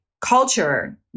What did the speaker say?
culture